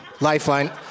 Lifeline